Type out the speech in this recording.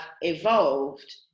evolved